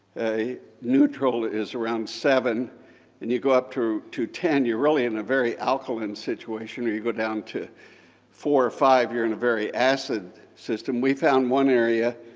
neutral is around seven and you go up to to ten, you're really in a very alkaline situation, or you go down to four or five, you're in a very acid system. we found one area,